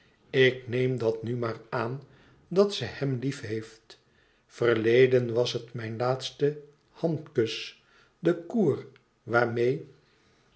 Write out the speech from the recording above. ik neem dat nu maar aan dat ze hem liefheeft verleden was het mijn laatste handkus de cour